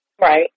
Right